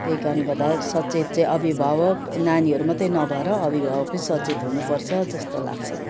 त्यही कारणले गर्दा सचेत चाहिँ अभिभावक नानीहरू मात्रै नभएर अभिभावक नै सचेत हुनुपर्छ जस्तो लाग्छ मलाई